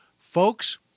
Folks